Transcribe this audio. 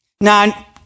now